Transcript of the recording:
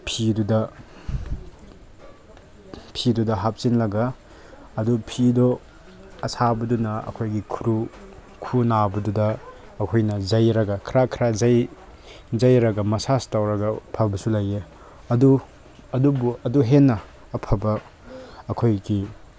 ꯐꯤꯗꯨꯗ ꯐꯤꯗꯨꯗ ꯍꯥꯞꯆꯤꯜꯂꯒ ꯑꯗꯨ ꯐꯤꯗꯣ ꯑꯁꯥꯕꯗꯨꯅ ꯑꯩꯈꯣꯏꯒꯤ ꯈꯨꯔꯨ ꯈꯨꯎ ꯅꯥꯕꯗꯨꯗ ꯑꯩꯈꯣꯏꯅ ꯌꯩꯔꯒ ꯈꯔ ꯈꯔ ꯌꯩꯔꯒ ꯃꯁꯥꯁ ꯇꯧꯔꯒ ꯐꯕꯁꯨ ꯂꯩꯌꯦ ꯑꯗꯨ ꯑꯗꯨꯕꯨ ꯑꯗꯨ ꯍꯦꯟꯅ ꯑꯐꯕ ꯑꯩꯈꯣꯏꯒꯤ